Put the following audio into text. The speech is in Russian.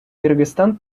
кыргызстан